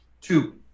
Two